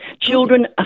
children